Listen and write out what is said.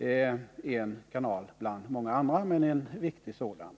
Den är en kanal bland många andra, men en viktig sådan.